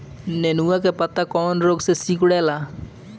नेनुआ के पत्ते कौने रोग से सिकुड़ता?